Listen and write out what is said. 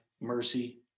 mercy